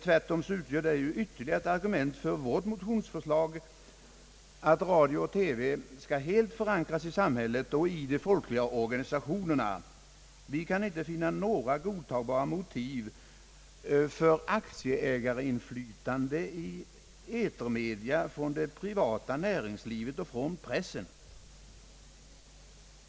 Tvärtom utgör detta ytterligare ett argument för vårt motions förslag att radio-TV skall helt förankras i samhället och de folkliga organisationerna, Vi kan inte finna några godtagbara motiv för aktieägarinflytande i etermedia från det privata näringslivet och pressen.